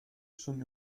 schon